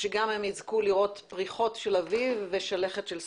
ושגם הם יזכו לראות פריחות של אביב ושלכת של סתיו.